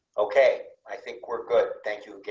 okay, i think we're good. thank you